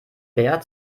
bert